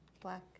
Black